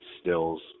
Stills